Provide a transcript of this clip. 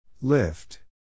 Lift